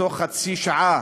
בתוך חצי שעה,